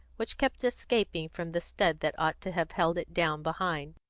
which kept escaping from the stud that ought to have held it down behind.